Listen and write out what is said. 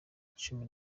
cumi